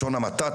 בלשון המעטה,